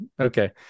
Okay